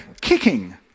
kicking